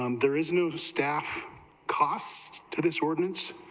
um there is no staff cost to this ordinance,